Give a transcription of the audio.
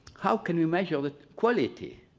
how can we measure the quality.